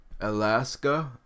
alaska